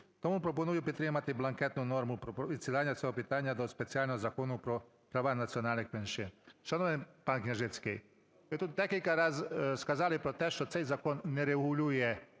Тому пропоную підтримати бланкетну норму про відсилання цього питання до спеціального Закону про права національних меншин. Шановний пан Княжицький, ви тут декілька раз сказали про те, що цей закон не регулює